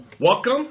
Welcome